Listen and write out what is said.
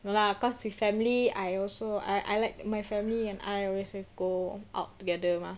no lah cause with family I also I I like my family and I always will go out together mah